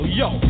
yo